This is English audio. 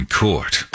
court